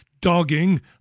dogging